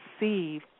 receive